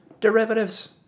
Derivatives